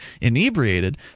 inebriated